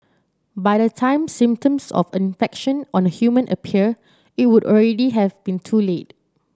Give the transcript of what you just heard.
by the time symptoms of infection on a human appear it would already have been too late